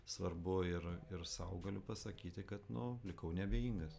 svarbu ir ir sau galiu pasakyti kad nu likau neabejingas